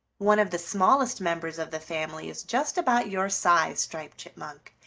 one of the smallest members of the family is just about your size, striped chipmunk,